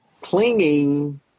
clinging